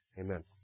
amen